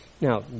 Now